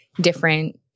different